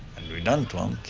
and we don't want